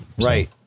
right